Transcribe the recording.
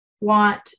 want